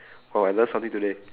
!wow! I learnt something today